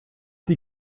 die